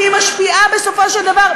כי היא משפיעה בסופו של דבר,